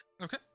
Okay